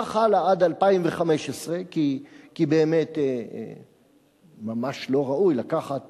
וכך הלאה, עד 2015. כי באמת ממש לא ראוי לקחת